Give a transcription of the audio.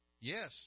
Yes